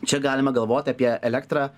čia galima galvot apie elektrą